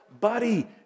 buddy